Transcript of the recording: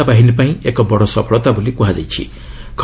ଏହା ନିରାପତ୍ତା ବାହିନୀ ପାଇଁ ଏକ ବଡ଼ ସଫଳତା ବୋଲି କୁହାଯାଉଛି